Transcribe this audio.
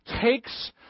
takes